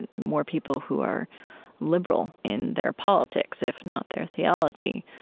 more people who are liberal in their politics, if not their theology,